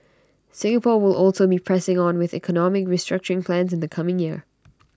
Singapore will also be pressing on with economic restructuring plans in the coming year